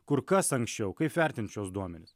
kur kas anksčiau kaip vertint šiuos duomenis